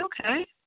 okay